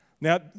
Now